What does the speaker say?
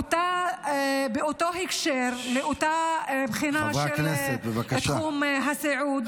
באותו הקשר של אותה בחינה בתחום הסיעוד,